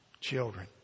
children